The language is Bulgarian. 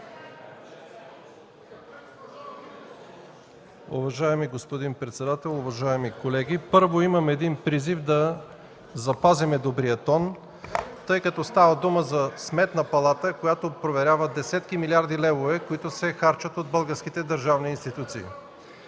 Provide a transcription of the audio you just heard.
Уважаеми господин председател, уважаеми колеги! Първо имам един призив да запазим добрия тон, тъй като става дума за Сметната палата, която проверява десетки милиарди левове, които се харчат от българските държавни институции.